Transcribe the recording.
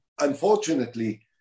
unfortunately